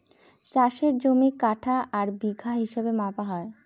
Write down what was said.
চাষের জমি কাঠা আর বিঘা হিসাবে মাপা হয়